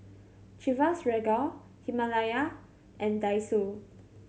Chivas Regal Himalaya and Daiso